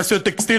ותעשיות טקסטיל,